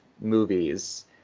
movies